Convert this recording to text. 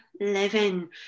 living